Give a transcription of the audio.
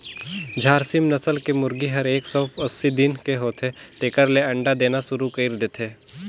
झारसिम नसल के मुरगी हर एक सौ अस्सी दिन के होथे तेकर ले अंडा देना सुरु कईर देथे